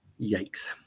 Yikes